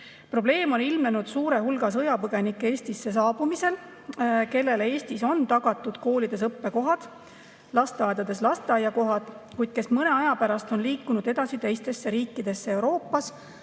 Eestisse on saabunud suur hulk sõjapõgenikke, kellele Eestis on tagatud koolides õppekohad, lasteaedades lasteaiakohad, kuid kes mõne aja pärast on liikunud edasi teistesse riikidesse Euroopas